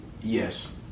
Yes